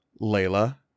Layla